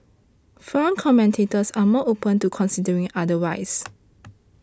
foreign commentators are more open to considering otherwise